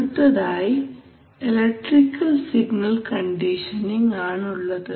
അടുത്തതായി electrical signal conditioning ആണുള്ളത്